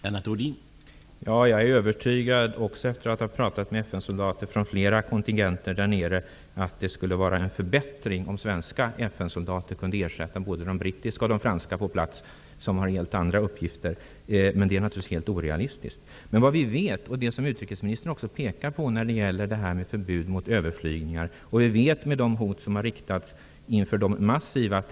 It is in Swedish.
Herr talman! Jag är också övertygad om, efter att ha talat med FN-soldater från flera kontingenter där nere, att det skulle innebära en förbättring om svenska FN-soldater kunde ersätta både de brittiska och de franska FN-soldater som finns på plats och som har helt andra uppgifter. Men det är naturligtvis helt orealistiskt. Det vi vet, och som utrikesministern också pekar på vad gäller förbudet mot överflygningar, är att man på både serbisk sida och kroatisk sida förstår maktspråk.